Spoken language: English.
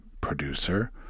producer